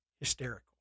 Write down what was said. hysterical